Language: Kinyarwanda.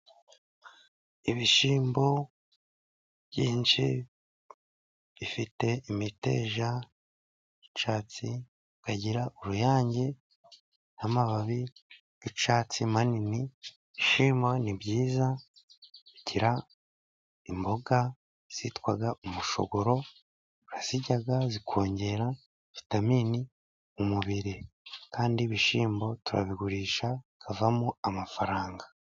Ibishyimbo byinshi bifite imiteja y'icyatsi, bikagira uruyange n'amababi y'icyatsi manini, ibishyimbo ni byiza, bigira imboga zitwa umushogoro, turazirya zikongera vitamini mu mubiri, kandi ibishyimbo turabigurisha bikavamo amafaranga.